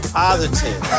positive